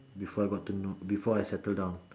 before I got to know before I settle down